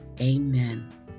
Amen